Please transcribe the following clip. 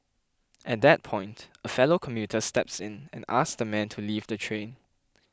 at that point a fellow commuter steps in and asks the man to leave the train